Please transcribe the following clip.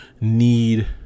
need